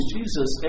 Jesus